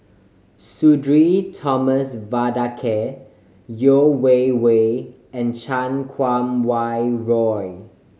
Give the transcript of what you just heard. Sudhir Thomas Vadaketh Yeo Wei Wei and Chan Kum Wah Roy